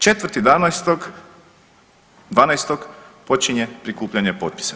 4.12. počinje prikupljanje potpisa.